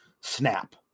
snap